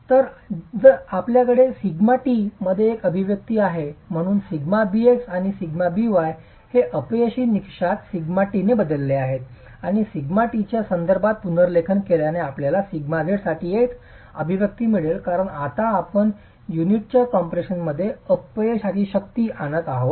तर आपल्याकडे येथे σt मध्ये एक अभिव्यक्ती आहे म्हणून σbx आणि σby हे अपयशी निकषात σt ने बदलले आहेत आणि σt च्या संदर्भात पुनर्लेखन केल्याने आपल्याला σz साठी एक अभिव्यक्ती मिळेल कारण आता आपण युनिटच्या कम्प्रेशनमध्ये अपयशाची शक्ती आणत आहोत